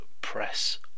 press